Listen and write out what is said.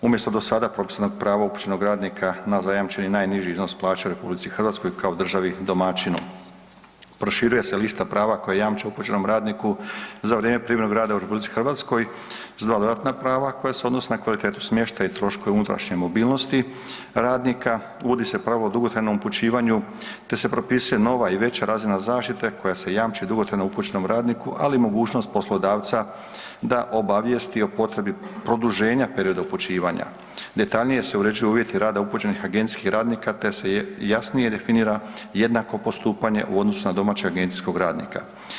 Umjesto do sada propisanog prava upućenog radnika na zajamčeni najniži iznos plaće u RH kao državi domaćinu, proširuje se lista prava koja jamče upućenom radniku za vrijeme privremenog rada u RH s dva dodatna prava koja se odnose na kvalitetu smještaja i troškova unutarnje mobilnosti radnika, uvodi se pravo o dugotrajnom upućivanju te se propisuje nova i veća razina zaštite koja se jamči dugotrajno upućenom radniku ali i mogućnost poslodavca da obavijesti o potrebi produženja perioda upućivanja, detaljnije se uređuju uvjeti rada upućenih agencijskih radnika te se jasnije definira jednako postupanje u odnosu na domaćeg agencijskog radnika.